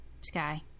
sky